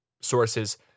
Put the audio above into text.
sources